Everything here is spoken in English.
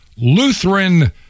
Lutheran